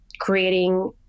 creating